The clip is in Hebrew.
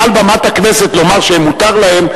מעל במת הכנסת לומר שמותר להם,